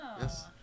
yes